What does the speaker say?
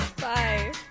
Bye